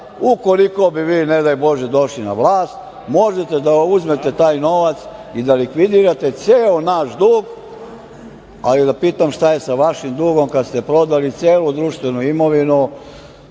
Ukoliko bi vi ne daj Bože došli na vlast, možete da uzmete taj novac i da likvidirate ceo naš dug, ali da pitam šta je sa vašim dugom kada ste prodali celu društvenu imovinu,